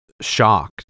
shocked